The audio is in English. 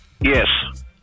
yes